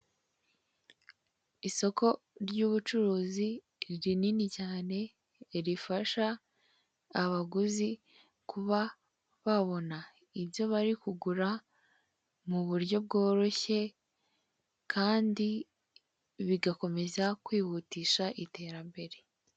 Isoko ry'ubucuruzi rinini cyane rifasha abaguzi kuba babona ibyo bari kugura mu buryo bworoshye kandi bigakomeza kwihutisha iterambere.